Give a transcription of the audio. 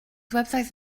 website